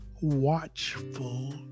watchful